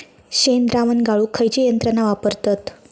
शेणद्रावण गाळूक खयची यंत्रणा वापरतत?